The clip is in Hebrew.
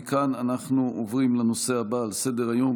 מכאן אנחנו עוברים לנושא הבא על סדר-היום,